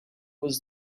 was